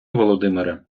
володимире